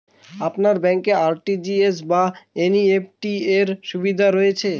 আপনার ব্যাংকে আর.টি.জি.এস বা এন.ই.এফ.টি র সুবিধা রয়েছে?